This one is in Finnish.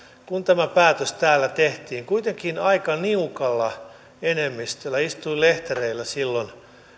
kun tämä päätös täällä tehtiin kuitenkin aika niukalla enemmistöllä istuin lehtereillä silloin